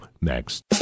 Next